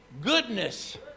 goodness